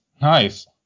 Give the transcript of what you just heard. Nice